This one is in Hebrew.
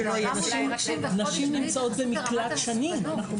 נשים נמצאות במקלט במשך שנים.